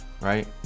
right